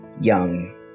young